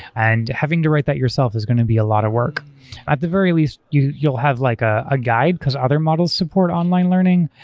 and having to write that yourself is going to be a lot of work. at the very least, you'll you'll have like a guide, because other models support online learning.